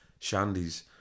shandies